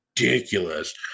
ridiculous